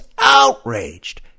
outraged